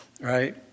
right